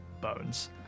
bones